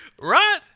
right